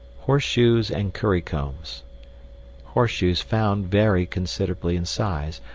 horseshoes and currycombs horseshoes found vary considerably in size,